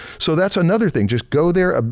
so, that's another thing, just go there, ah